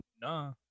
nah